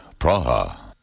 Praha